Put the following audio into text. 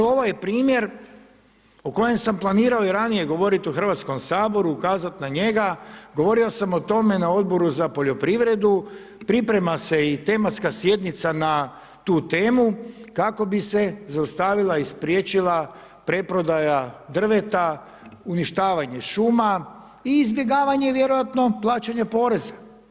Ovo je primjer o kojem sam planirao i ranije govoriti u Hrvatskom saboru, ukazao sam na njega, govorio sam o tome na Odboru za poljoprivredu, priprema se i tematska sjednica na tu temu, kako bi se zaustavila i spriječila preprodaja drveta, uništavanje šuma i izbjegavanje vjerojatno plaćanje poreza.